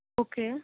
okay